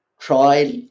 trial